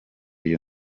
iyo